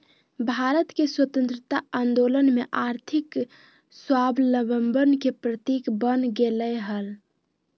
भारत के स्वतंत्रता आंदोलन में आर्थिक स्वाबलंबन के प्रतीक बन गेलय हल